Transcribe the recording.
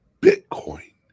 Bitcoin